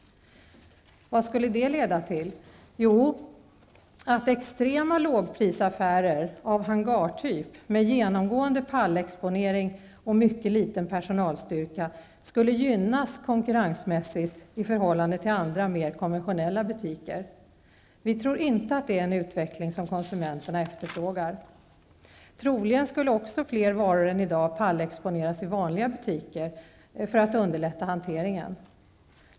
Vad skulle det leda till? Jo, att extrema lågprisaffärer av hangartyp med genomgående pallexponering och mycket liten personalstyrka skulle gynnas konkurrensmässigt i förhållande till andra, mer konventionella butiker. Vi tror inte att det är en utveckling som konsumenterna efterfrågar. Troligen skulle också fler varor än i dag pallexponeras i vanliga butiker för att underlätta hanteringen.